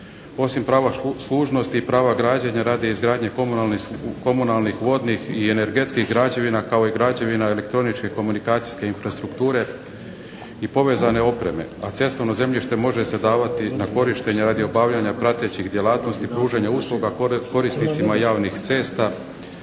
osim prava služnosti i prava građenja, radi izgradnje komunalnih vodnih i energetskih građevina kao i građevine elektroničke komunikacijske infrastrukture, i povezane opreme, a cestovno zemljište može se davati na korištenje radi obavljanja pratećih djelatnosti, pružanja usluga korisnicima javnih cesta